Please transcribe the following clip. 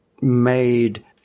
made